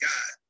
God